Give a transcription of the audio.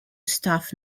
staff